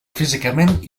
físicament